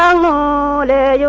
ah la la yeah